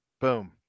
Boom